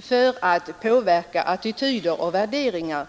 för att påverka attityder och värderingar.